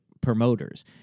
promoters